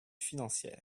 financières